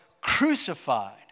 crucified